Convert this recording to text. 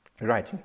Right